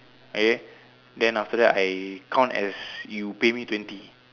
okay then after that I count as you pay me twenty